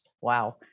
wow